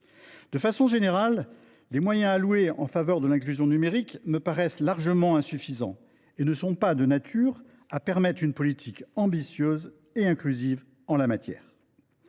De façon générale, les moyens alloués en faveur de l’inclusion numérique me paraissent largement insuffisants et ne sont pas de nature à permettre une politique ambitieuse et inclusive en la matière.